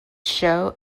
show